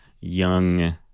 young